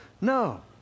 No